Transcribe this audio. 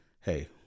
hey